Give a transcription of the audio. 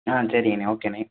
ஆ சரிங்கணே ஓகேண்ணே